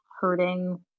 hurting